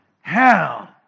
hell